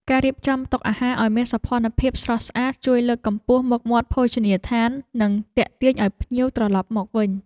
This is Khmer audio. ការរៀបចំតុអាហារឱ្យមានសោភ័ណភាពស្រស់ស្អាតជួយលើកកម្ពស់មុខមាត់ភោជនីយដ្ឋាននិងទាក់ទាញឱ្យភ្ញៀវត្រឡប់មកវិញ។